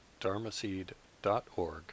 dharmaseed.org